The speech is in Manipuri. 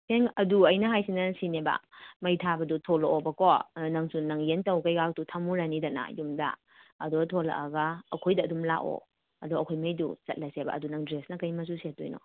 ꯑꯩꯅ ꯑꯗꯨ ꯑꯩꯅ ꯍꯥꯏꯁꯤꯅ ꯁꯤꯅꯦꯕ ꯃꯩ ꯊꯥꯕꯗꯨ ꯊꯣꯛꯂꯛꯑꯣꯕꯀꯣ ꯑꯗꯣ ꯅꯪꯁꯨ ꯅꯪ ꯌꯦꯟ ꯇꯥꯎ ꯀꯩꯀꯥꯗꯨ ꯊꯝꯃꯨꯔꯅꯤꯗꯅ ꯌꯨꯝꯗ ꯑꯗꯨꯗ ꯊꯣꯛꯂꯛꯑꯒ ꯑꯩꯈꯣꯏꯗ ꯑꯗꯨꯝ ꯂꯥꯛꯑꯣ ꯑꯗꯣ ꯑꯩꯈꯣꯏꯉꯩꯗꯨ ꯆꯠꯂꯁꯦꯕ ꯑꯗꯣ ꯗ꯭ꯔꯦꯁꯁꯤꯅ ꯀꯔꯤ ꯃꯆꯨ ꯁꯦꯠꯇꯣꯏꯅꯣ